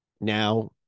now